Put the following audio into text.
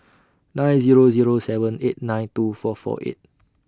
nine Zero Zero seven eight nine two four four eight